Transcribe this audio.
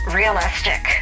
realistic